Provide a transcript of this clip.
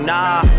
Nah